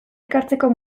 ekartzeko